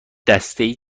دستهای